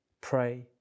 pray